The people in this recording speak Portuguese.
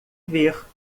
ver